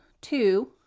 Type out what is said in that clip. two